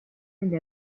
negli